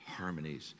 harmonies